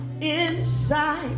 inside